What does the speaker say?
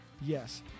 yes